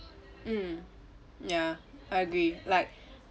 mm ya I agree like